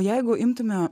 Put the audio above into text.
jeigu imtume